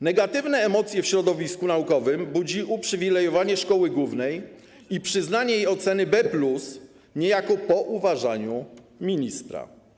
Negatywne emocje w środowisku naukowym budzi uprzywilejowanie szkoły głównej i przyznanie jej oceny B+ niejako po uważaniu ministra.